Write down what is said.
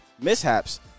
mishaps